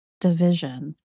division